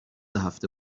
هفته